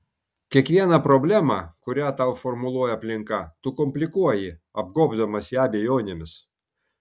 kiekvieną problemą kurią tau formuluoja aplinka tu komplikuoji apgobdamas ją abejonėmis